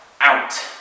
out